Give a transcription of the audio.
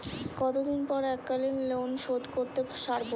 কতদিন পর এককালিন লোনশোধ করতে সারব?